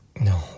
no